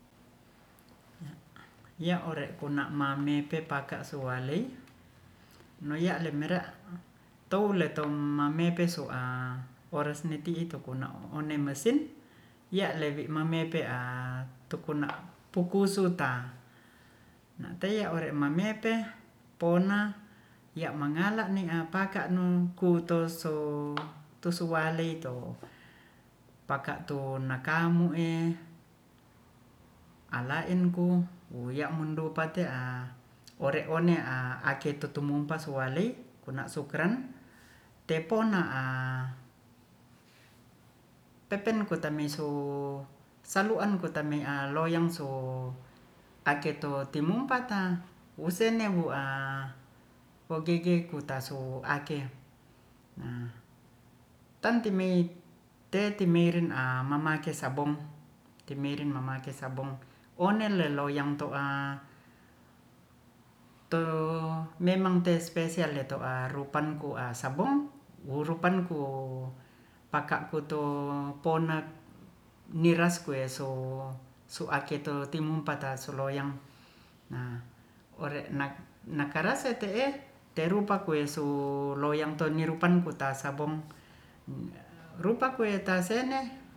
Ya ya'orekuna'mamepe paka'suwalei no'alem mera' touletong mamepe su'a ores neti'i tukuna o'nemesin ya'lewi mamepe'a tukuna pukusuta na'teiya ore'mamepe pona ya'mangala ni'a pakanu kutoso tusowalei to paka'to nakamu'e ala'enku wuya'mundupate'a ore'one'a ake tutumumpa suwalei kuna'sukran tepo'na'a pepenkutaimeisu salu'an kumei'a loyang so aketo timumpata wusennewu'a wogege kutaso ake nah tan timei te timeiren a mamake sabong- one le loyang to'a to memang te spesial leto'ar rupanku'a sabong wo rupanku paka putu'pona'niraskueso suake to timumpa ta suloyang nah ore'nakarase te'e teru'pakuwe suloyang nirupan ku ta sabong rupa kue'ta senne